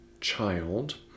child